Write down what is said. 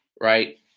right